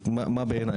מה בעיניי,